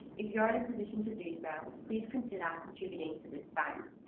if you are in a position to do so, please consider contributing to this fund.